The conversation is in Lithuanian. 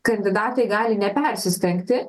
kandidatai gali nepersistengti